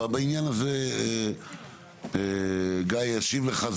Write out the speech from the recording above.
בעניין הזה גיא ישיב לך.